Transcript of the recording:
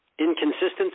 inconsistency